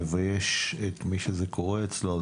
מבייש את מי שזה קורה אצלו.